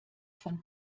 von